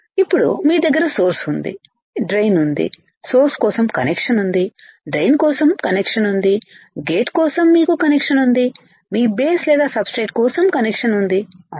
ఇప్పుడు మీ దగ్గర సోర్స్ ఉంది డ్రైన్ ఉంది సోర్స్ కోసం కనెక్షన్ ఉంది డ్రైన్ కోసం కనెక్షన్ ఉంది గేట్ కోసం మీకు కనెక్షన్ ఉంది మీ బేస్ లేదా సబ్స్ట్రేట్ కోసం కనెక్షన్ ఉంది అవునా